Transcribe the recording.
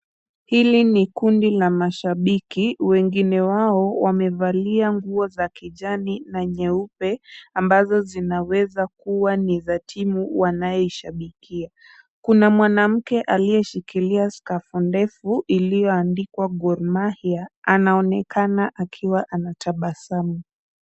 Hili ni kundi la mashabiki, wengine wao wamevalia nguo za kijani na nyeupe, ambazo zinaweza kuwa ni za timu wanayoishabikia. Kuna mwanamke aliyeshikilia skafu ndefu iliyoandikwa Gor Mahia. Anaonekana akiwa anatabasamu.